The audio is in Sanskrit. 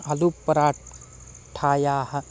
आलू पराठायाः